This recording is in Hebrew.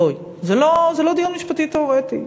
בואי, זה לא דיון משפטי תיאורטי.